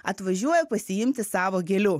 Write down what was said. atvažiuoja pasiimti savo gėlių